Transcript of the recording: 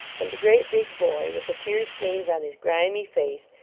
and the great big boy, with the tear stains on his grimy face,